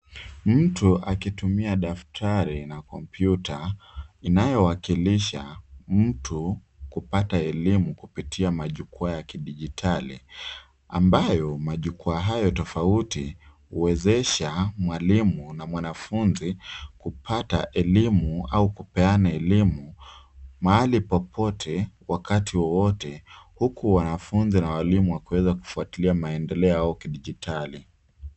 Mtu akitumia daftari na kompyuta inayowakilisha mtu kupata elimu kupitia majukwaa ya kidijitali ambayo majukwa hayo tofauti huwezesha mwalimu na mwanafunzi kupata elimu au kupeana elimu mahali popote wakati wowote huku wanafunzi na walimu wakiweza kufuatilia maendeleo au kidijitali.